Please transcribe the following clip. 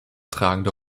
tragende